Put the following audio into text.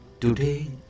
Today